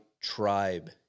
tribe